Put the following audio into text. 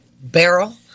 barrel